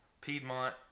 Piedmont